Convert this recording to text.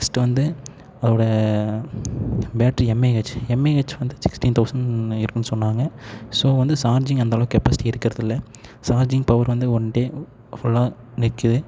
next வந்து அதோடய battery mAh mAh வந்து சிக்ஸ்டின் தவுசண்ட் இருக்குதுனு சொன்னாங்க ஸோ வந்து சார்ஜிங் அந்தளவுக்கு கெப்பாசிட்டி இருக்கிறதுல்ல சார்ஜிங் பவர் வந்து ஒன் டே ஃபுல்லாக நிக்குது